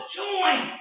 join